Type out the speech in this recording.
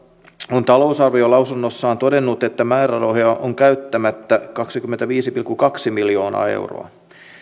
on talousarviolausunnossaan todennut että määrärahoja on käyttämättä kaksikymmentäviisi pilkku kaksi miljoonaa euroa